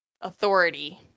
authority